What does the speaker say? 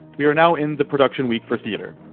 we are now in the production week for theater.